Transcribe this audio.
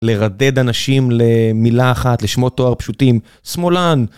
לרדד אנשים ל...מילה אחת, לשמות תואר פשוטים: שמאלן.